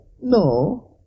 No